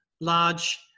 large